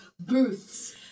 booths